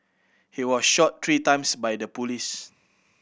he was shot three times by the police